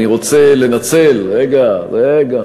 אני רוצה לנצל, רגע, רגע.